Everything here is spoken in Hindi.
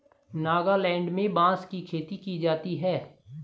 नागालैंड में बांस की खेती की जाती है